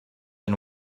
and